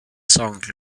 song